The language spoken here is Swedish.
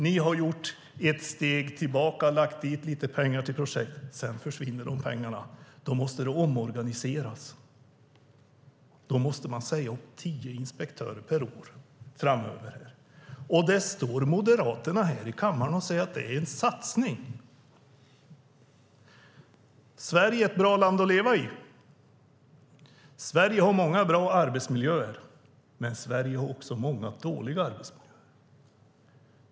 Ni har tagit ett steg tillbaka och lagt dit lite pengar till projekt. Sedan försvinner de pengarna, och då måste det omorganiseras. Då måste man säga upp tio inspektörer per år framöver. Och Moderaterna står här i kammaren och säger att det är en satsning. Sverige är ett bra land att leva i. Sverige har många bra arbetsmiljöer. Men Sverige har också många dåliga arbetsmiljöer.